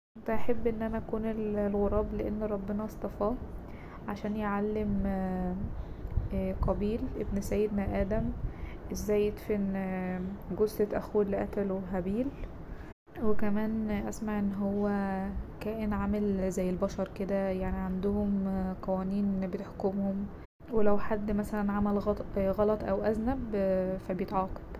كنت هحب ان انا اكون الغراب لأن ربنا اصطفاه عشان يعلم قابيل ابن سيدنا آدم ازاي يدفن جثة اخوه اللي قتله هابيل وكمان اسمع ان هو كائن عامل زي البشر كده يعني عندهم قوانين بتحكمهم ولو حد مثلا عمل غلط او اذنب بيتعاقب.